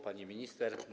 Pani Minister!